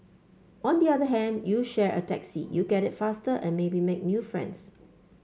on the other hand you share a taxi you get it faster and maybe make new friends